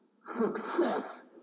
Success